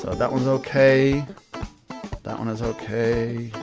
that one's ok that one is ok.